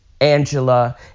Angela